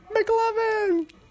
McLovin